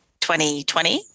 2020